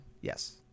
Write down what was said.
Yes